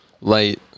Light